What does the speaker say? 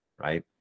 Right